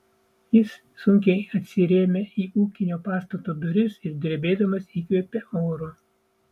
jis sunkiai atsirėmė į ūkinio pastato duris ir drebėdamas įkvėpė oro